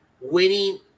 winning